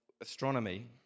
astronomy